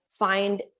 find